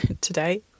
today